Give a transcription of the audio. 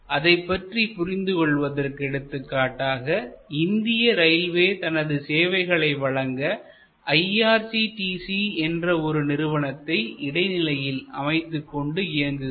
அதைப்பற்றி புரிந்து கொள்வதற்கு எடுத்துக்காட்டாக இந்திய ரயில்வே தனது சேவைகளை வழங்க IRCTC என்ற ஒரு நிறுவனத்தை இடைநிலையில் அமைத்துக் கொண்டு இயங்குகிறது